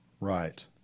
Right